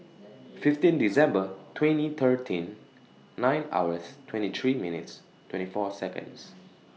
fifteen December twenty thirteen nine hours twenty three minutes twenty four Seconds